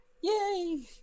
Yay